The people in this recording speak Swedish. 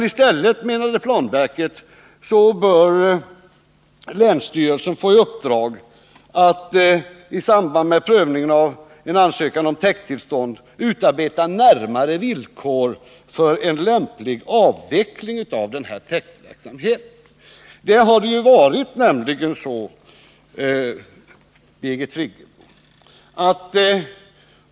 I stället bör länsstyrelsen få i uppdrag att i samband med prövningen av en ansökan om täkttillstånd utarbeta närmare villkor för en lämplig avveckling av täktverksamheten.